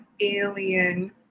alien